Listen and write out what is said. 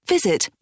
visit